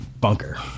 Bunker